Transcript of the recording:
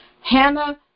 Hannah